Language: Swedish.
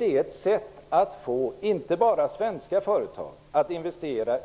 Det är ett sätt inte bara att få svenska företag att investera